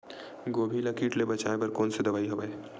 गोभी ल कीट ले बचाय बर कोन सा दवाई हवे?